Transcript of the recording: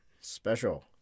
special